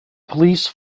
police